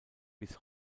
bis